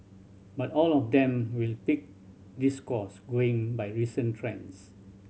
but all of them will pick this course going by recent trends